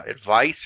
advice